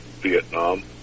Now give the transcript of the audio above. vietnam